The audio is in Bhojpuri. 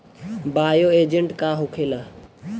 बायो एजेंट का होखेला?